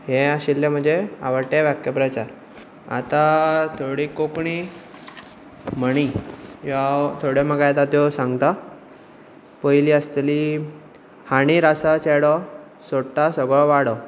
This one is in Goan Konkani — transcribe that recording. हे आशिल्ले म्हजे आवडटे वाक्यप्रचार आतां थोडी कोंकणी म्हणी ह्यो हांव थोड्यो म्हाका येता त्यो सांगता पयली आसतली हांडीर आसा चेडो सोडटा सगळो वाडो